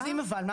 מה האחוזים אבל?